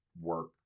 work